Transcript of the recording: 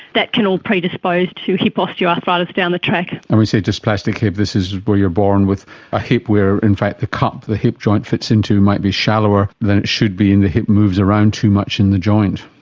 that can all predispose to hip osteoarthritis down the track. and when we say dysplastic hip, this is where you are born with a hip where in fact the cup the hip joint fits into might be shallower than it should be and the hip moves around too much in the joint.